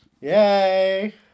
Yay